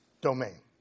domain